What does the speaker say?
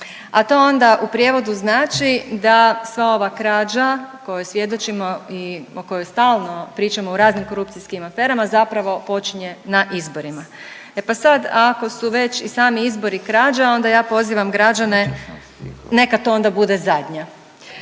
a to onda u prijevodu znači da sva ova krađa kojoj svjedočimo i o kojoj stalno pričamo, o raznim korupcijskim aferama zapravo počinje na izborima. E pa sad ako su već i sami izbori krađa onda ja pozivam građane neka to onda bude zadnja,